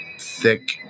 thick